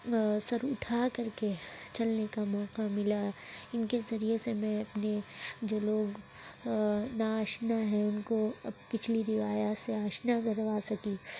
سر اٹھا کر کے چلنے کا موقع ملا ان کے ذریعے سے میں اپنی جو لوگ ناآشنا ہیں ان کو پچھلی روایات سے آشنا کروا سکوں